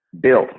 built